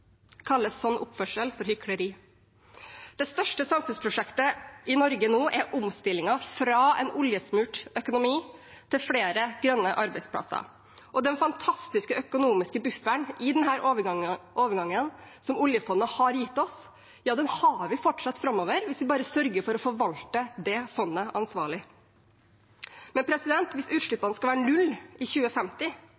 kalles sånn oppførsel hykleri. Det største samfunnsprosjektet i Norge nå er omstillingen fra en oljesmurt økonomi til flere grønne arbeidsplasser. Den fantastiske økonomiske bufferen i denne overgangen som oljefondet har gitt oss, har vi fortsatt framover hvis vi bare sørger for å forvalte det fondet ansvarlig.